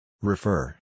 Refer